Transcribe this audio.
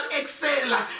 excel